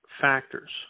factors